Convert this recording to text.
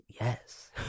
Yes